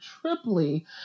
triply